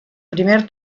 primer